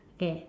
okay